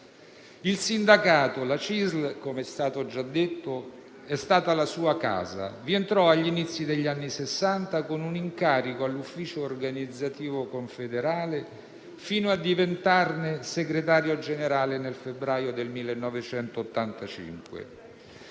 Il sindacato, la CISL, come è stato già detto, è stata la sua casa. Vi entrò agli inizi degli anni Sessanta con un incarico all'ufficio organizzativo confederale fino a diventarne segretario generale nel febbraio del 1985.